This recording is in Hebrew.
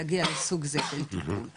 להגיע לסוג זה של טיפול.